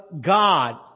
God